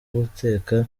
guteka